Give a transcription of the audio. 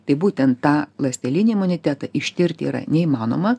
tai būtent tą ląstelinį imunitetą ištirti yra neįmanoma